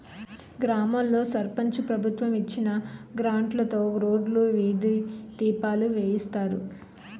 గ్రామాల్లో సర్పంచు ప్రభుత్వం ఇచ్చిన గ్రాంట్లుతో రోడ్లు, వీధి దీపాలు వేయిస్తారు